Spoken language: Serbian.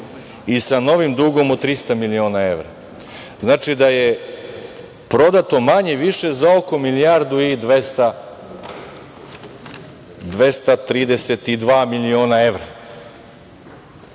i sa novim dugom od 300 miliona evra. Znači, da je prodato manje-više za oko milijardu i 232 miliona evra,